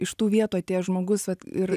iš tų vietų atėjęs žmogus ir